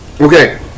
Okay